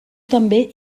també